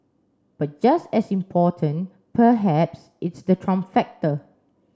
but just as important perhaps is the Trump factor